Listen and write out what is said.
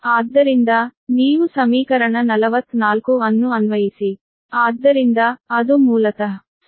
ಆದ್ದರಿಂದ ನೀವು ಸಮೀಕರಣ 44 ಅನ್ನು ಅನ್ವಯಿಸಿ